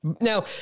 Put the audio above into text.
Now